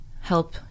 help